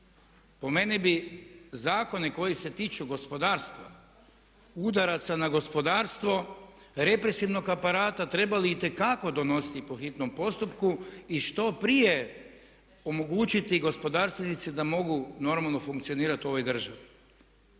Po meni bi zakone koji se tiču gospodarstva, udaraca na gospodarstvo, represivnog aparata trebali itekako donositi po hitnom postupku i što prije omogućiti gospodarstvenicima da mogu normalno funkcionirati u ovoj državi.